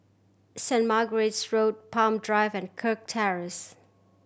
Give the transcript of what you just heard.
Saint Margaret's Road Palm Drive and Kirk Terrace